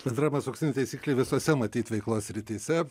bendravimas auksinė taisyklė visose matyt veiklos srityse